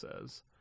says